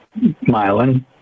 myelin